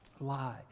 lie